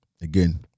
again